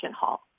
hall